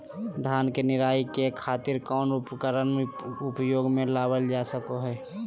धान के निराई के खातिर कौन उपकरण उपयोग मे लावल जा सको हय?